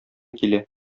килә